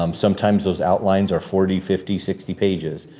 um sometimes those outlines are forty, fifty, sixty pages.